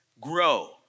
grow